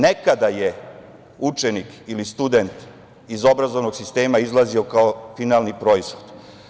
Nekada je učenik ili student iz obrazovnog sistema izlazio kao finalni proizvod.